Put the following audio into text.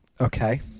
Okay